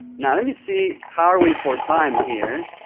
now let me see how are we for time here?